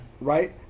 right